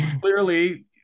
clearly